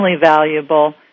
valuable